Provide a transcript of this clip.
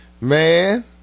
man